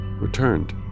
returned